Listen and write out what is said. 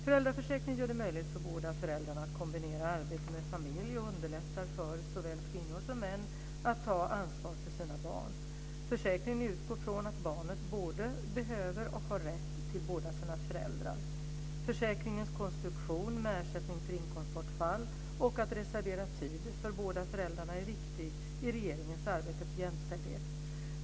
Föräldraförsäkringen gör det möjligt för båda föräldrarna att kombinera arbete med familj och underlättar för såväl kvinnor som män att ta ansvar för sina barn. Försäkringen utgår från att barnet både behöver och har rätt till båda sina föräldrar. Försäkringens konstruktion med ersättning för inkomstbortfall och att reservera tid för båda föräldrarna är viktig i regeringens arbete för jämställdhet.